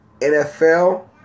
NFL